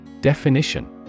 Definition